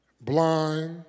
blind